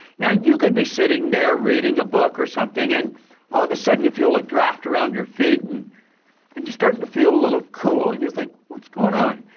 now, you could be sitting there, reading a book or something, and all of a sudden, you feel a draft around your feet, and and you start and to feel a little cool, and you think, what's going on?